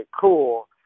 cool